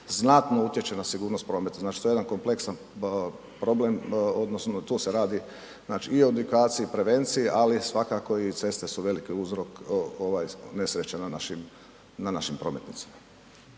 znatno utječe na sigurnost prometa, dakle to je jedan kompleksan problem, odnosno tu se radi i o edukaciji i prevenciji, ali svakako i ceste su veliki uzrok nesreća na našim prometnicama.